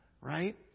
right